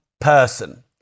person